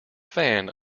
fan